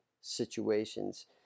situations